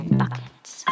buckets